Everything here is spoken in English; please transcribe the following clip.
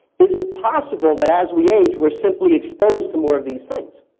is it possible that as we age, were simply exposed to more of these things?